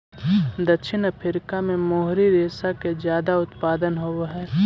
दक्षिण अफ्रीका में मोहरी रेशा के ज्यादा उत्पादन होवऽ हई